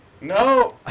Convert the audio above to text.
No